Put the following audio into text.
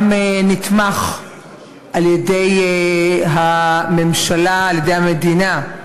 גם נתמך על-ידי הממשלה, על-ידי המדינה,